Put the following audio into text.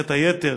מוטיבציית היתר,